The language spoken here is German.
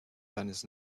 seines